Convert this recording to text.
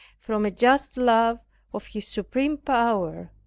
from a just love of his supreme power,